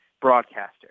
broadcaster